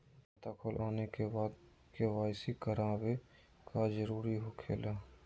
खाता खोल आने के बाद क्या बासी करावे का जरूरी हो खेला?